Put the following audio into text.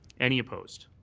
any opposed?